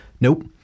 Nope